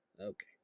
okay